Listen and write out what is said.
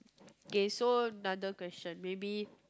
K so another question maybe